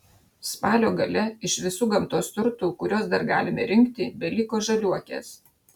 spalio gale iš visų gamtos turtų kuriuos dar galime rinkti beliko žaliuokės